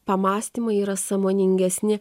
pamąstymai yra sąmoningesni